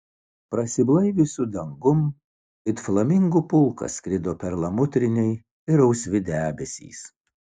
prasiblaiviusiu dangum it flamingų pulkas skrido perlamutriniai ir rausvi debesys